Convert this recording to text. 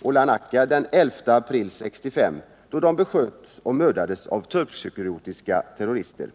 och Larnaca den 11 april 1965, då de besköts och dödades av turkcypriotiska terrorister.